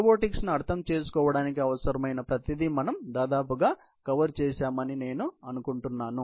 robotics ను అర్థం చేసుకోవడానికి అవసరమైన ప్రతిదీ మనం దాదాపుగా కవర్ చేశామని నేను అనుకుంటున్నాను